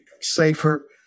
safer